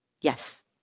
Yes